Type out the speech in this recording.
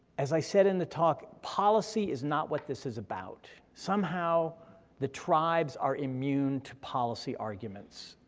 as i said in the talk, policy is not what this is about, somehow the tribes are immune to policy arguments,